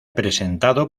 presentado